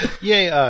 Yay